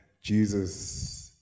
Jesus